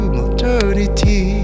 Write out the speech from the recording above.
modernity